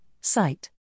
site